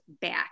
back